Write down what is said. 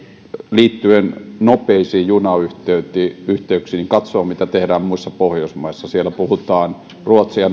liittyen nopeisiin junayhteyksiin katsoo mitä tehdään muissa pohjoismaissa siellä puhutaan ruotsin ja